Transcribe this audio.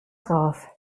drauf